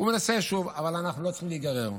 הוא מנסה שוב, אבל אנחנו לא צריכים להיגרר.